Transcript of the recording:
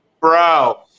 bro